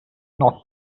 not